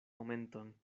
momenton